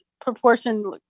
proportion